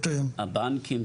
הבנקים,